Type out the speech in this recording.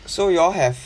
so you all have